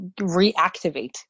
reactivate